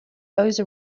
those